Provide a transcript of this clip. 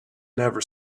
never